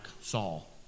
Saul